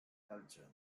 culture